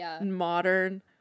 modern